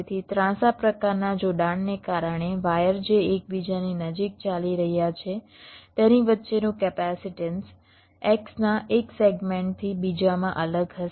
તેથી ત્રાંસા પ્રકારના જોડાણને કારણે વાયર જે એકબીજાની નજીક ચાલી રહ્યા છે તેની વચ્ચેનું કેપેસિટન્સ X ના 1 સેગમેન્ટથી બીજામાં અલગ હશે